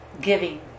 giving